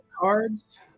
cards